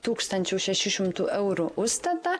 tūkstančių šešių šimtų eurų užstatą